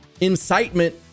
incitement